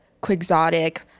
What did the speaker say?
quixotic